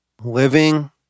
living